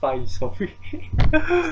buy soft